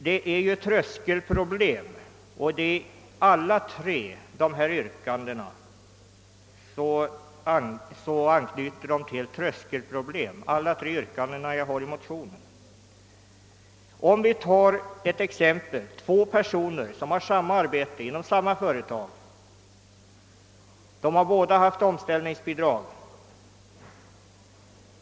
Alla tre yrkandena i motionen har anknytning till vissa tröskelproblem. Jag skall ta ett exempel. Två personer har samma arbetsuppgifter inom ett företag, som läggs ned. Båda har tidigare fått omställningsbidrag.